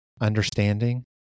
Understanding